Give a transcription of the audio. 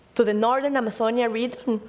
to the northern amazonian region,